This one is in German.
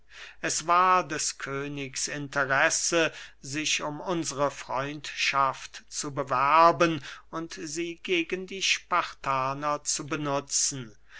es war des königs interesse sich um unsre freundschaft zu bewerben und sie gegen die spartaner zu benutzen